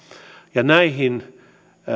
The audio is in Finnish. ja näiden